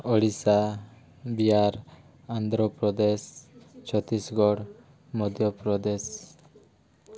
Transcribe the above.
Odisha Bihar Andhra Pradesh Chhattisgarh Madhya Pradesh